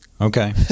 Okay